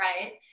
right